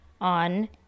on